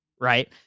right